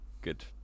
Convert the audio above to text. good